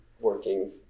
working